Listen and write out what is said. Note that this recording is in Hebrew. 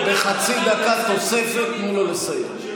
הוא בחצי דקה תוספת, תנו לו לסיים.